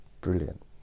brilliant